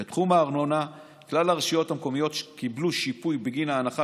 בתחום הארנונה כלל הרשויות המקומיות קיבלו שיפוי בגין ההנחה